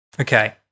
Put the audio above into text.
Okay